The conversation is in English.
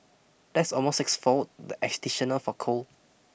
that's almost sixfold the for coal